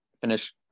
finish